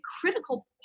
critical